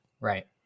Right